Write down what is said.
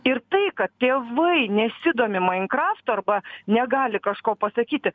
ir tai kad tėvai nesidomi mainkraftu arba negali kažko pasakyti